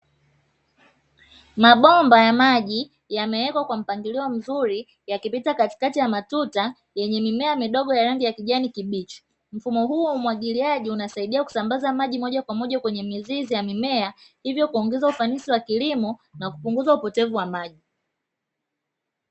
Mabomba ya maji yameewekwa kwa mpangilio mzuri, yakipita katikati ya matuta yenye mimea midogo ya rangi ya kijani kibichi. Mfumo huu wa umwagiliaji unasaidia kusambaza maji moja kwa moja kwenye mizizi ya mimea, hivyo kuongeza ufanisi wa kilimo na kupunguza upotevu wa maji.